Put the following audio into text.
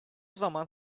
zaman